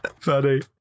Funny